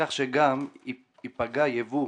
כך שגם אם ייפגע יבוא